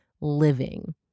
living